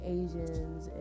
asians